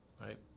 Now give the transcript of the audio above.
right